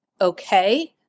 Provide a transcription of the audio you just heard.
okay